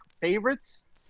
favorites